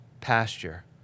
pasture